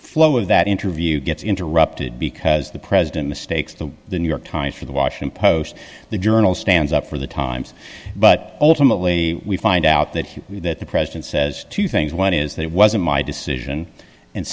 flow of that interview gets interrupted because the president mistakes the new york times for the washington post the journal stands up for the times but ultimately we find out that that the president says two things one is that it wasn't my decision and